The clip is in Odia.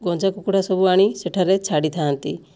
ଗଞ୍ଜା କୁକୁଡ଼ା ସବୁ ଆଣି ସେଠାରେ ଛାଡ଼ିଥାନ୍ତି